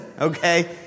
Okay